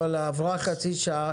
אבל עברה חצי שעה,